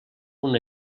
una